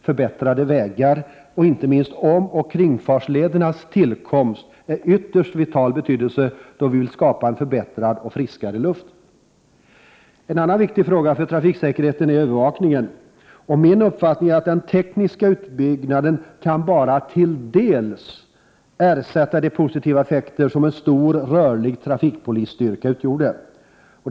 Förbättrade vägar och inte minst omoch kringfartsledernas tillkomst är av ytterst vital betydelse då vi vill skapa en förbättrad och friskare luft. En annan viktig fråga för trafiksäkerheten är övervakningen. Min uppfattning är att den tekniska utbyggnaden bara till en del kan ersätta de positiva effekter som en stor rörlig trafikpolistyrka utgör.